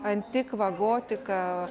antikva gotika